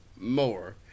more